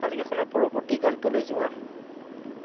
তালিকাখনৰ পৰৱৰ্তী গানটোলৈ যোৱা